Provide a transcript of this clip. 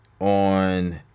on